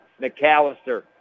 McAllister